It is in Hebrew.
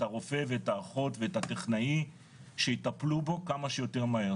הרופא ואת האחות ואת הטכנאי שיטפלו בו כמה שיותר מהר,